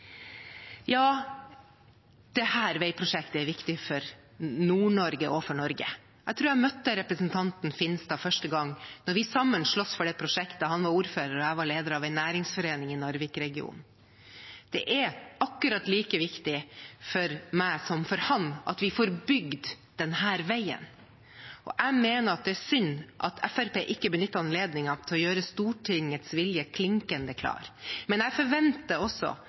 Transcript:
veiprosjektet er viktig for Nord-Norge og for Norge. Jeg tror jeg møtte representanten Finstad første gang da vi sammen slåss for det prosjektet. Han var ordfører, og jeg var leder av en næringsforening i Narvik-regionen. Det er akkurat like viktig for meg som for ham at vi får bygd denne veien, og jeg mener det er synd at Fremskrittspartiet ikke benytter anledningen til å gjøre Stortingets vilje klinkende klar. Men jeg forventer